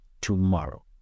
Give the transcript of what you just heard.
tomorrow